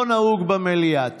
לא נהוג במליאה.